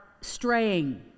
straying